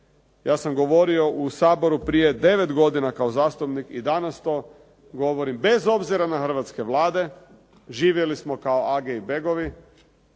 Ja sam govorio u Saboru prije 9 godina kao zastupnik i danas to govori, bez obzira na hrvatske vlade, živjeli smo kao age i begovi,